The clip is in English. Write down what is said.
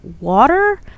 water